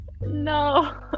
No